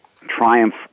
Triumph